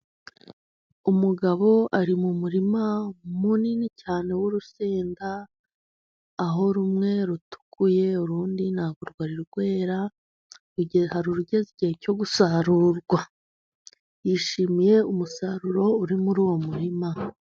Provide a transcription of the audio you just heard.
Umugabo ari mu murima munini cyane w'urusenda, aho rumwe rutukuye urundi ntabwo rwari rwera, igihe hari urugeze igihe cyo gusarurwa. Yishimiye umusaruro uri muri uwo murima.